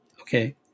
okay